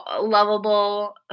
lovable